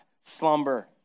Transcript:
slumber